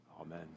Amen